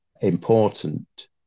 important